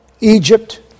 Egypt